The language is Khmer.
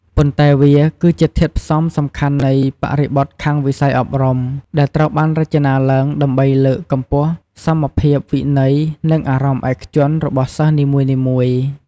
ប៉ុន្តែវា គឺជាធាតុផ្សំសំខាន់នៃបរិបទខាងវិស័យអប់រំ ដែលត្រូវបានរចនាឡើងដើម្បីលើកកម្ពស់សមភាព វិន័យ និងអារម្មណ៍ឯកជនរបស់សិស្សនីមួយៗ។